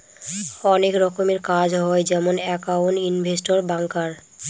অনেক রকমের কাজ হয় যেমন একাউন্ট, ইনভেস্টর, ব্যাঙ্কার